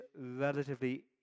relatively